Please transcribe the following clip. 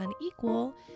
unequal